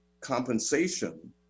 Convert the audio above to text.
compensation